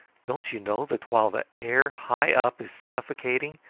don't you know that while the air high up is suffocating,